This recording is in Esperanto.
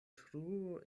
truo